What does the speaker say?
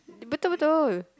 betul betul